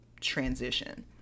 transition